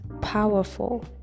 powerful